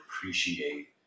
appreciate